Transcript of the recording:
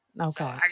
Okay